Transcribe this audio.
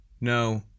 No